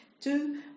Two